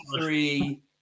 three